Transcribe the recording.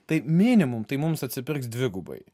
tai minimum tai mums atsipirks dvigubai